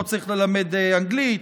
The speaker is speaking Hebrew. לא צריך ללמד אנגלית,